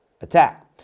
attack